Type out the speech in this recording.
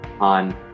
on